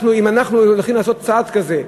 אם אנחנו הולכים לעשות צעד כזה,